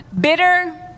bitter